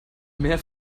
mehr